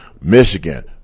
Michigan